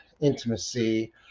intimacy